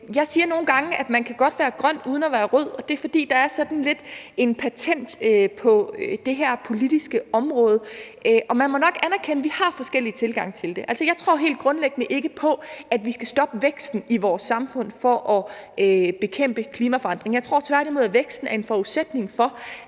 Jeg siger nogle gange, at man godt kan være grøn uden at være rød, og det er, fordi der er sådan lidt en patent på det her politiske område, og man må nok erkende, at vi har forskellige tilgange til det. Jeg tror helt grundlæggende ikke på, at vi skal stoppe væksten i vores samfund for at bekæmpe klimaforandringer. Jeg tror tværtimod, at væksten er en forudsætning for,